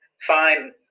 fine